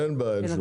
אין בעיה.